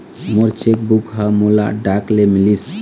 मोर cheque book ह मोला डाक ले मिलिस